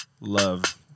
love